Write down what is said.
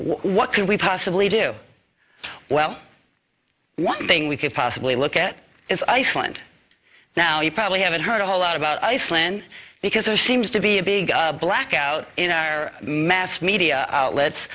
what can we possibly do well one thing we could possibly look at is iceland now you probably haven't heard a whole lot about iceland because there seems to be a big blackout in our mass media outlets